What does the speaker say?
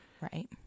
right